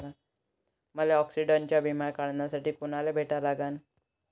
मले ॲक्सिडंटचा बिमा काढासाठी कुनाले भेटा लागन?